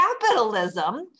capitalism